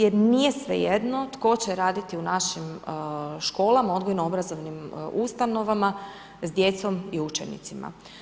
Jer nije svejedno tko će raditi u našim školama, odgojno obrazovnim ustanovama s djecom i učenicima.